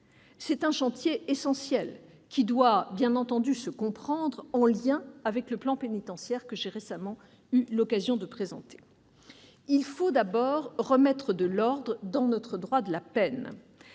C'est un chantier essentiel ; il doit s'envisager en lien avec le plan pénitentiaire que j'ai récemment eu l'occasion de présenter. Il faut d'abord remettre de l'ordre dans notre droit de la peine.